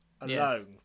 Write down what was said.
alone